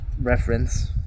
reference